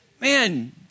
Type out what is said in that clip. man